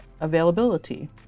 availability